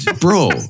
bro